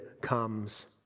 comes